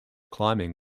climbing